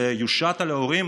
זה יושת על ההורים?